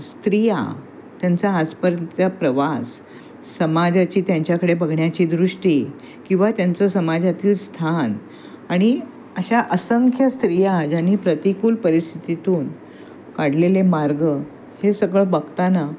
स्त्रिया त्यांचा आजपर्यंतचा प्रवास समाजाची त्यांच्याकडे बघण्याची दृष्टी किंवा त्यांचं समाजातलं स्थान आणि अशा असंख्य स्त्रिया ज्यांनी प्रतिकूल परिस्थितीतून काढलेले मार्ग हे सगळं बघताना